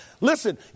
Listen